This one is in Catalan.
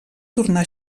tornar